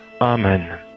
Amen